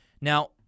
now